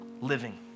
living